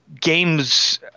games